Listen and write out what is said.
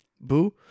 Boo